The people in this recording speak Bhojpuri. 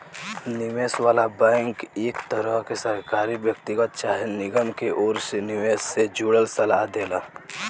निवेश वाला बैंक एक तरह के सरकारी, व्यक्तिगत चाहे निगम के ओर से निवेश से जुड़ल सलाह देला